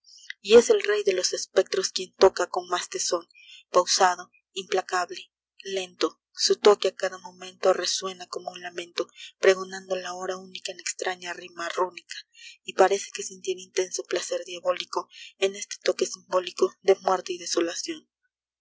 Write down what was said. y es el rey de los espectros quien toca con más tesón pausado implacable lento su toque a cada momento resuena como un lamento pregonando la hora única en extraña rima rúnica y parece que sintiera intenso placer diabólico en este toque simbólico de muerte y desolación